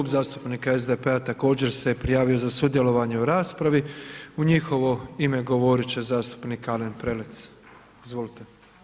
Klub zastupnika SDP-a također se prijavio za sudjelovanje u raspravi, u njihovo ime govorit će zastupnik Alen Prelec, izvolite.